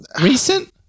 Recent